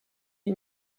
des